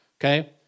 okay